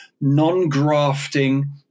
non-grafting